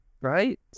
Right